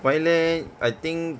why leh I think